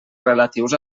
relatius